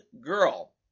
girl